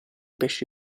pesci